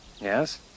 Yes